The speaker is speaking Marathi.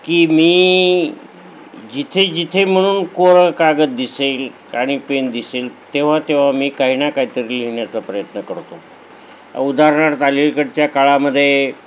की मी जिथे जिथे म्हणून कोरा कागद दिसेल आणि आणि पेन दिसेल तेव्हा तेव्हा मी काही ना काहीतरी लिहिण्याचा प्रयत्न करतो उदाहारणार्थ अलीकडच्या काळामध्ये